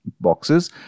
boxes